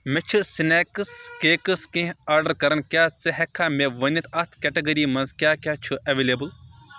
مےٚ چھ سِنیکٕس کینٛژھا، کیک آرڈر کرٕنۍ، کیٛاہ ژٕ ہٮ۪کہٕ مےٚ ونِتھ اَتھ کیٹگری منٛز کیٛاہ کیٛاہ چھ ایویلیبٕل